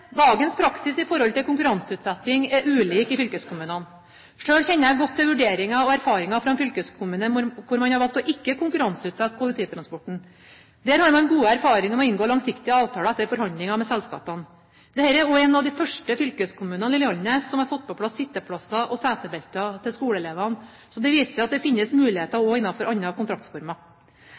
praksis når det gjelder konkurranseutsetting, er ulik i fylkeskommunene. Selv kjenner jeg godt til vurderinger og erfaringer fra en fylkeskommune hvor man har valgt ikke å konkurranseutsette kollektivtransporten. Der har man gode erfaringer med å inngå langsiktige avtaler etter forhandlinger med selskapene. Dette er også en av de første fylkeskommunene i landet som har fått på plass sitteplasser og setebelter til skoleelevene. Det viser at det finnes muligheter også innenfor andre kontraktsformer.